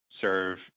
serve